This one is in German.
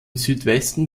südwesten